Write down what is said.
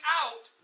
out